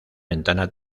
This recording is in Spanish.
ventana